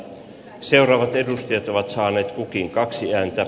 seuraavat edustajat ovat saaneet kukin kaksi ääntä